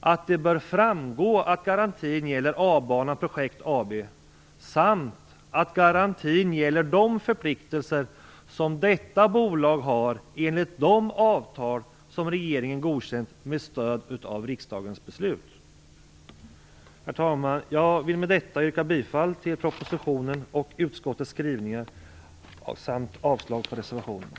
att det bör framgå att garantin gäller A-Banan Projekt AB samt att garantin gäller de förpliktelser som detta bolag har enligt de avtal som regeringen godkänt med stöd av riksdagens beslut. Herr talman! Jag vill med detta yrka bifall till propositionen och utskottets skrivningar samt avslag på reservationerna.